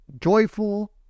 joyful